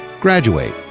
graduate